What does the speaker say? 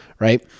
right